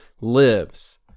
lives